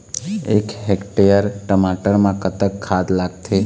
एक हेक्टेयर टमाटर म कतक खाद लागथे?